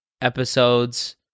episodes